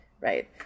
right